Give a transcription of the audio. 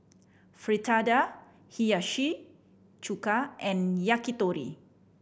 Fritada Hiyashi Chuka and Yakitori